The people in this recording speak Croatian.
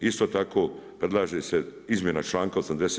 Isto tako predlaže se izmjena članka 80.